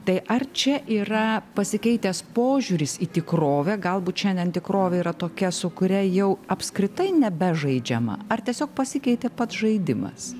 tai ar čia yra pasikeitęs požiūris į tikrovę galbūt šiandien tikrovė yra tokia su kuria jau apskritai nebežaidžiama ar tiesiog pasikeitė pats žaidimas